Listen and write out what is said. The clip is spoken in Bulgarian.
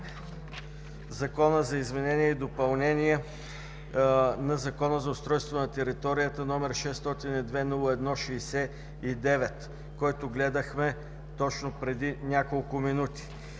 Закона за изменение и допълнение на Закона за устройство на територията, № 602-01-69, който гледахме точно преди няколко минути.